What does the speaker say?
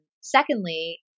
Secondly